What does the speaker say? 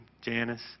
Janice